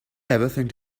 everything